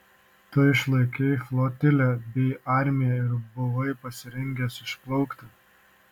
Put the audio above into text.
tu išlaikei flotilę bei armiją ir buvai pasirengęs išplaukti